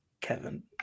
kevin